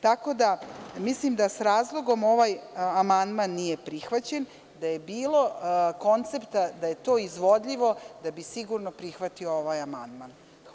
Tako da mislim da s razlogom ovaj amandman nije prihvaćen, da je bilo koncepta da je to izvodljivo da bi sigurno prihvatio ovaj amandman.